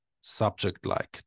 subject-like